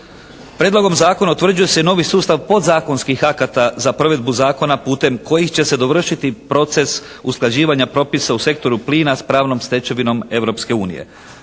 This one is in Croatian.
Prijedlogom zakona utvrđuje se i novi sustav podzakonskih akata za provedbu zakona putem kojih će se dovršiti proces usklađivanja propisa u sektoru plina s pravnom stečevinom